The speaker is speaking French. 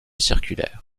circulaires